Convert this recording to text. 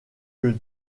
que